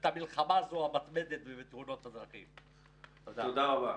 זה חשוב מאוד,